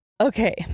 Okay